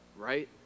right